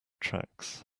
tracks